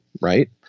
Right